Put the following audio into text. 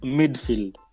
midfield